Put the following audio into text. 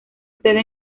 sede